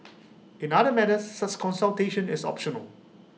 in other matters such consultation is optional